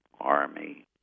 army